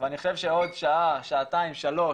ואני חושב שעוד שעה, שעתיים, שלוש